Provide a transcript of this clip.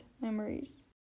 memories